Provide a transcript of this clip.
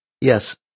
Yes